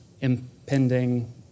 impending